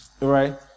Right